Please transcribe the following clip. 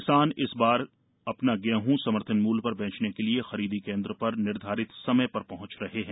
किसान इस बार अपना गेहूँ समर्थन मूल्य पर बेचने के लिये खरीदी केन्द्र पर निर्धारित समय पर पहँच रहे हैं